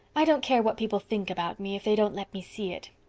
i don't care what people think about me if they don't let me see it.